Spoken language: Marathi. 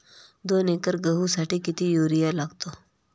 दोन एकर गहूसाठी किती युरिया लागतो?